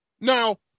Now